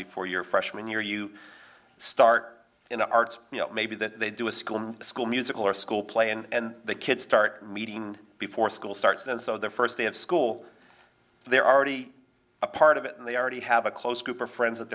before your freshman year you start in the arts you know maybe that they do a school a school musical or a school play and the kids start meeting before school starts and so their first day of school there are already a part of it and they already have a close group of friends that